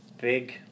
big